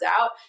out